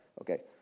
Okay